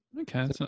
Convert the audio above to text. Okay